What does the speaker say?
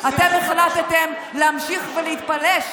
אתם החלטתם להמשיך ולהתפלש